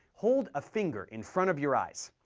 hold a finger in front of your eyes.